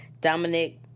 Dominic